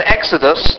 Exodus